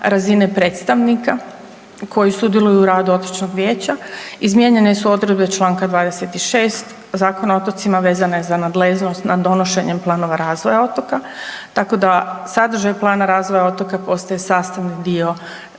razine predstavnika koji sudjeluju u radu otočnog vijeća. Izmijenjene su odredbe čl. 26. Zakona o otocima vezane za nadležnost nad donošenjem planova razvoja otoka, tako da sadržaj plana razvoja otoka postaje sastavni dio